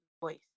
voice